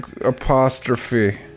apostrophe